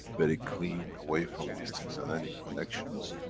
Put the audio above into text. very clean, away from these things, and any connections,